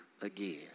again